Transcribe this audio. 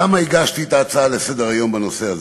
למה הגשתי את ההצעה לסדר-היום בנושא הזה?